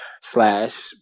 slash